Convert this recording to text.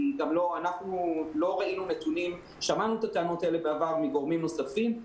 אנחנו לא ראינו נתונים שמענו את הטענות האלה בעבר מגורמים נוספים.